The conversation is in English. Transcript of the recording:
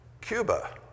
Cuba